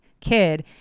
kid